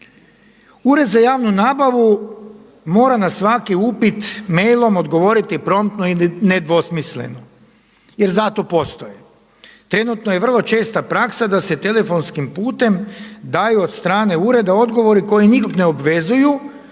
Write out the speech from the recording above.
Ured za javnu nabavu mora na svaki upit mailom odgovoriti promptno i nedvosmisleno jer za to postoje. Trenutno je vrlo česta praksa da se telefonskim putem daju od strane ureda odgovori koji nikog ne obvezuju,